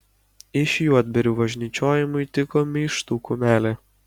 iš juodbėrių važnyčiojimui tiko meištų kumelė